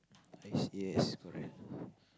yes yes correct